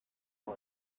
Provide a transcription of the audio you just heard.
boy